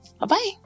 Bye-bye